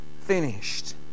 finished